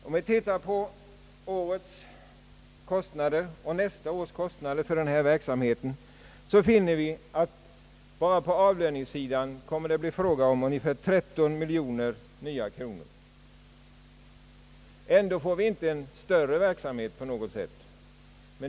Om vi ser på innevarande års och nästa års kostnader för denna verksamhet, finner vi att det bara på avlöningssidan kommer att krävas 13 miljoner kronor i nya pengar. Ändå blir verksamheten inte av större omfattning än tidigare.